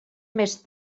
més